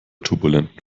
turbulenten